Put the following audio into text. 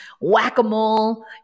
whack-a-mole